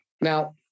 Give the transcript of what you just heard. Now